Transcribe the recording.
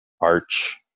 arch